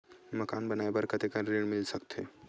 मकान बनाये बर कतेकन ऋण मिल सकथे?